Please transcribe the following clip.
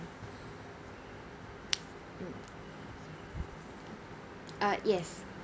mm uh yes